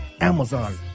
Amazon